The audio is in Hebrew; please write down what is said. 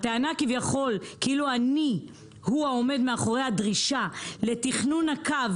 הטענה כביכול כאילו אני הוא העומד מאחורי הדרישה לתכנון הקו